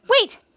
Wait